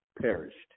perished